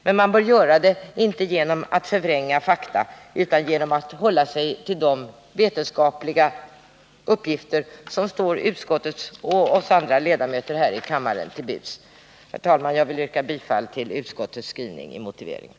Men man bör göra det, inte genom att förvränga fakta, utan genom att hålla sig till de vetenskapliga uppgifter som står utskottet och oss andra ledamöter här i kammaren till buds. Herr talman! Jag ber att få yrka bifall till utskottets skrivning i motiveringen.